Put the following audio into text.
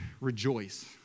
rejoice